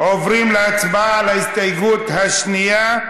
עוברים להצבעה על ההסתייגות השנייה.